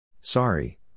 Sorry